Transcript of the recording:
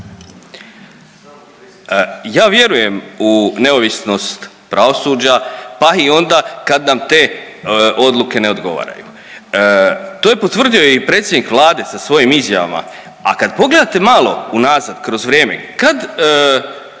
Ja vjerujem u neovisnost pravosuđa pa i onda kad nam te odluke ne odgovaraju. To je potvrdio i predsjednik Vlade sa svojim izjavama, a kad pogledate malo unazad kroz vrijeme kad